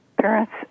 parents